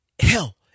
hell